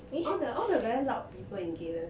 all the all the very loud people in galen